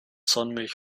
sonnenmilch